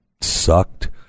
sucked